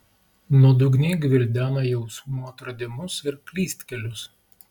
nuodugniai gvildena jausmų atradimus ir klystkelius